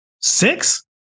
six